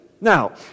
Now